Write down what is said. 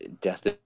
Death